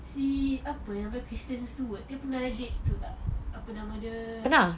see apa nama dia kristen stewart dia pernah date itu tak apa nama dia